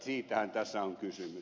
siitähän tässä on kysymys